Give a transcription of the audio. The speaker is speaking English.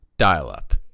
dial-up